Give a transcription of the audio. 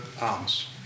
arms